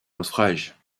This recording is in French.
naufrage